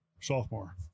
sophomore